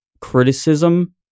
criticism